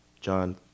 John